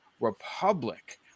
Republic